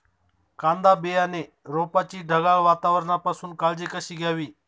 कांदा बियाणे रोपाची ढगाळ वातावरणापासून काळजी कशी घ्यावी?